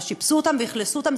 אז שיפצו אותן ואכלסו אותן,